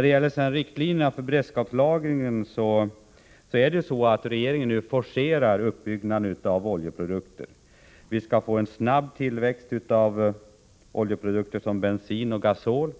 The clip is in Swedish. beträffar riktlinjerna för beredskapslagringen forcerar regeringen nu uppbyggnaden av lager av oljeprodukter. Vi skall få en snabb tillväxt av lagren av oljeprodukter såsom bensin och gasol.